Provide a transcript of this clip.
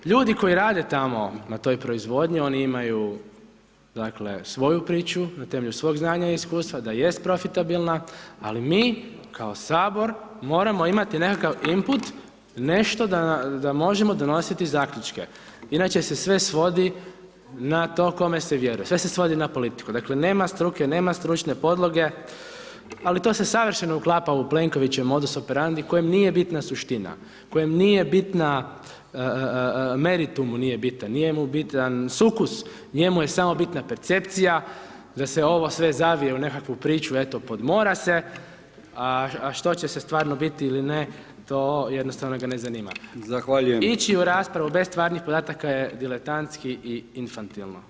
Ljudi koji rade tamo na toj proizvodnji, oni imaju, dakle, svoju priču na temelju svog znanja i iskustva, da jest profitabilna, ali mi kao HS moramo imati nekakav input, nešto da možemo donositi zaključke inače se sve svodi na to kome se vjeruje, sve se svodi na politiku, dakle, nema struke, nema stručne podloge, ali to se savršeno uklapa u Plenkovićev modus operandi kojem nije bitna suština, kojem nije bitna, meritum mu nije bitan, nije mu bitan sukus, njemu je samo bitna percepcija da se ovo sve zavije u nekakvu priču pod eto, mora se, a što će sve stvarno biti ili ne, to jednostavno ga ne zanima [[Upadica: Zahvaljujem]] ići u raspravu bez stvarnih podataka je diletantski i infantilno.